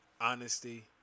honesty